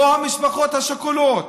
לא המשפחות השכולות,